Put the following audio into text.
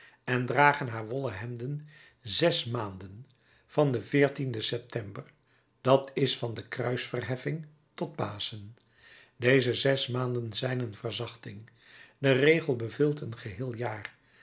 en dragen haar wollen hemden zes maanden van den september dat is van de kruisverheffing tot paschen deze zes maanden zijn een verzachting de regel beveelt een geheel jaar